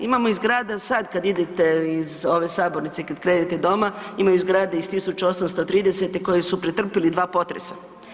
Imamo iz grada sad kad idete iz ove sabornice, kad krenete doma, imaju zgrade iz 1830. koje su pretrpili dva potresa.